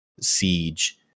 Siege